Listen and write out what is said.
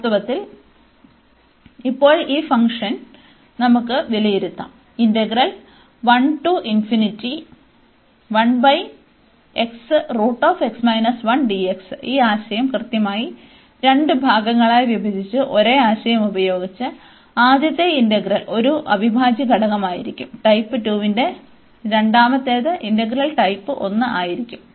വാസ്തവത്തിൽ ഇപ്പോൾ ഈ ഫംഗ്ഷൻ നമുക്ക് വിലയിരുത്താം ഈ ആശയം കൃത്യമായി രണ്ട് ഭാഗങ്ങളായി വിഭജിച്ച് ഒരേ ആശയം ഉപയോഗിച്ച് ആദ്യത്തെ ഇന്റഗ്രൽ ഒരു അവിഭാജ്യ ഘടകമായിരിക്കും ടൈപ്പ് 2 ന്റെ രണ്ടാമത്തേത് ഇന്റഗ്രൽ ടൈപ്പ് 1 ആയിരിക്കും